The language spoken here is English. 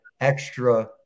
extra